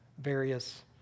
various